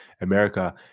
America